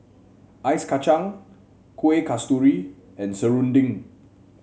Ice Kachang Kuih Kasturi and serunding